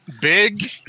big